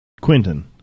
Quinton